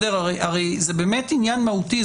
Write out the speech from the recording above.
זה באמת עניין מהותי,